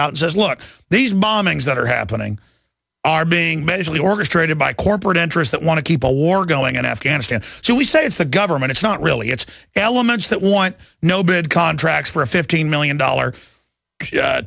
out and says look these bombings that are happening are being basically orchestrated by corporate interests that want to keep a war going in afghanistan so we say it's the government it's not really it's elements that want no bid contracts for a fifteen million dollar